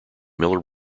miller